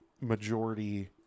majority